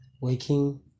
working